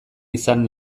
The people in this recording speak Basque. izan